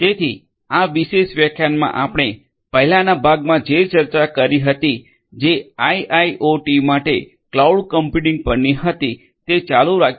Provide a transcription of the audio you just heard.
તેથી આ વિશેષ વ્યાખ્યાનમાં આપણે પહેલાના ભાગમાં જે ચર્ચા કરી હતી જે આઇઆઇઓટી માટે ક્લાઉડ કમ્પ્યુટિંગ પરની હતી તે ચાલુ રાખીએ છીએ